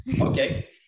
Okay